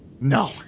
No